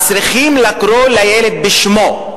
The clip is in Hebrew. צריכים לקרוא לילד בשמו.